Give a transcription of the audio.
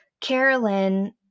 Carolyn